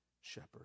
shepherd